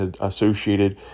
associated